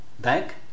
bank